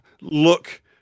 look